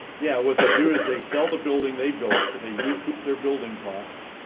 yeah, what they do is they sell the building they built, they recoup their building costs,